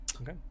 Okay